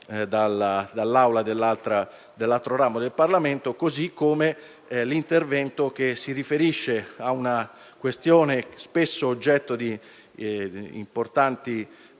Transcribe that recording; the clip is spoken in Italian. dall'Assemblea dell'altro ramo del Parlamento, così come l'intervento che si riferisce a una questione spesso oggetto di importanti